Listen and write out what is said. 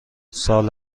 سال